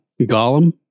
Gollum